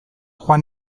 joan